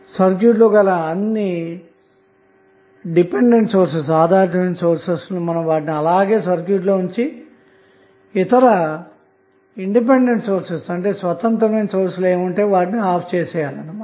అప్పుడు సర్క్యూట్ లో గల అన్ని ఆధారితమైన సోర్స్ లను అలాగే సర్క్యూట్ లో ఉంచి ఇతర స్వతంత్రమైన సోర్స్ లను ఆపివేయాలి అన్న మాట